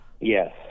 Yes